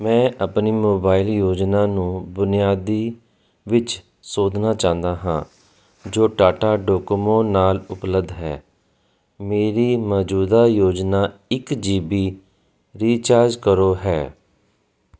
ਮੈਂ ਆਪਣੀ ਮੋਬਾਈਲ ਯੋਜਨਾ ਨੂੰ ਬੁਨਿਆਦੀ ਵਿੱਚ ਸੋਧਣਾ ਚਾਹੁੰਦਾ ਹਾਂ ਜੋ ਟਾਟਾ ਡੋਕੋਮੋ ਨਾਲ ਉਪਲੱਬਧ ਹੈ ਮੇਰੀ ਮੌਜੂਦਾ ਯੋਜਨਾ ਇੱਕ ਜੀ ਬੀ ਰੀਚਾਰਜ ਕਰੋ ਹੈ